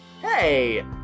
Hey